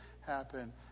happen